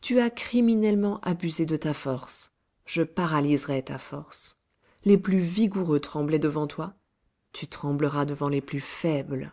tu as criminellement abusé de ta force je paralyserai ta force les plus vigoureux tremblaient devant toi tu trembleras devant les plus faibles